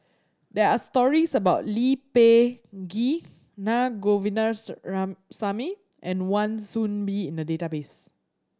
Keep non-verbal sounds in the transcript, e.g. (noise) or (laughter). there are stories about Lee Peh Gee Naa (unintelligible) and Wan Soon Bee in the database